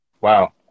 Wow